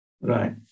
Right